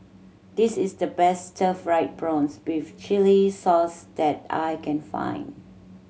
this is the best fried prawns with chili sauce that I can find